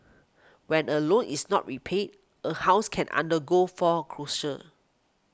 when a loan is not repaid a house can undergo foreclosure